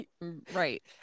Right